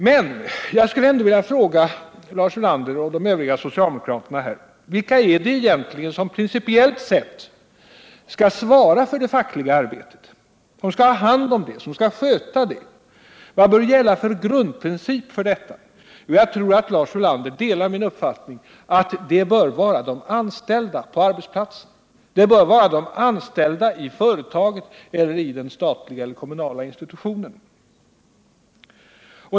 Jag skulle emellertid vilja fråga Lars Ulander och de övriga socialdemokraterna vilka som principiellt sett skall svara för det fackliga arbetet, ha hand om det och sköta det. Vilken grundprincip bör gälla för detta? Jag tror att Lars Ulander delar min uppfattning att det bör vara de anställda på arbetsplatserna. Det bör vara de anställda i företaget eller i den statliga eller kommunala institutionen.